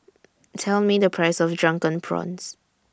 Tell Me The Price of Drunken Prawns